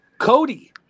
Cody